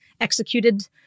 executed